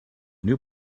new